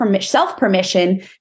self-permission